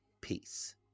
peace